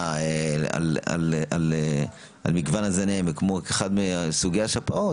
על מגוון הזנים היא כמו אחד מסוגי השפעות,